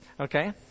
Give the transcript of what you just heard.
Okay